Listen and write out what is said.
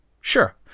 Sure